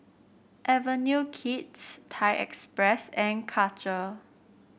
Avenue Kids Thai Express and Karcher